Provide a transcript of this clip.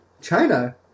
China